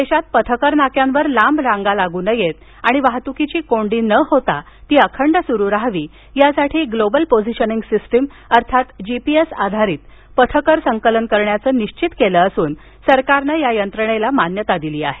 देशात पथकर नाक्यांवर लांब रांगा लागू नयेत आणि वाहतुकीची कोंडी न होता ती अखंड सुरू रहावी यासाठी ग्लोबल पोझिशनिंग सिस्टम अर्थात जीपीएस आधारित पथकर संकलन करण्याचं निश्चित केले असून सरकारने या यंत्रणेला मान्यता दिली आहे